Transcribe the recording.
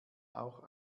auch